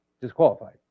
disqualified